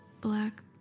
black